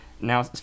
Now